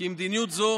כי מדיניות זו